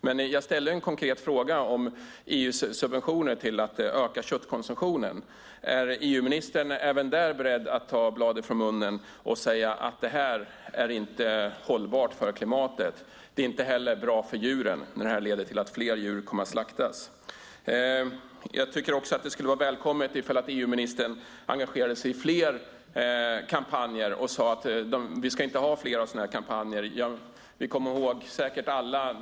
Men jag ställer en konkret fråga om EU:s subventioner till att öka köttkonsumtionen. Är EU-ministern beredd att även i det sammanhanget ta bladet från munnen och säga att det inte är hållbart för klimatet, att det inte heller är bra för djuren när det leder till att fler djur kommer att slaktas? Jag tycker att det skulle vara välkommet om EU-ministern engagerade sig i fler kampanjer och sade att vi inte ska ha fler sådana kampanjer.